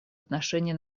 отношении